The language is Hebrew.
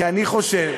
כי אני חושב,